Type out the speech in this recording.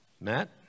Matt